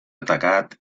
atacat